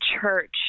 church